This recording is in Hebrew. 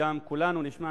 וגם כולנו נשמע,